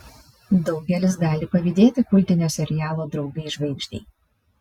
daugelis gali pavydėti kultinio serialo draugai žvaigždei